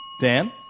Dan